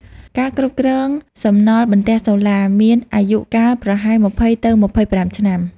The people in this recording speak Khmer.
ការគ្រប់គ្រងសំណល់បន្ទះសូឡាមានអាយុកាលប្រហែល ២០ ទៅ២៥ ឆ្នាំ។